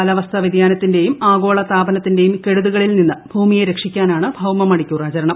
കാലാവസ്ഥാ വ്യതിയാനത്തിന്റെയും ആഗോള താപനത്തിന്റെയും കെടുതികളിൽ നിന്ന് ഭൂമിയെ രക്ഷിക്കാനാണ് ഭൌമ മണിക്കൂർ ആചരണം